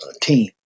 team